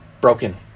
broken